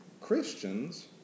Christians